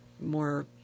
more